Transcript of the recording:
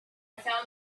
found